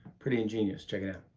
pretty ingenious. check it out.